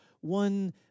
One